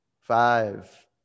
five